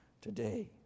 today